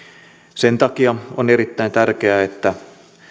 sen takia on erittäin tärkeää että